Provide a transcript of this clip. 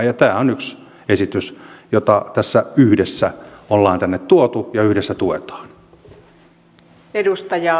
tämä on yksi esitys jota tässä yhdessä ollaan tänne tuotu ja yhdessä tuetaan